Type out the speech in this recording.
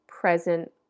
present